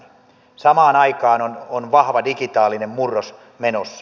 samaan aikaan on vahva digitaalinen murros menossa